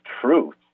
truth